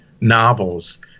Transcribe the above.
novels